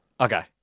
Okay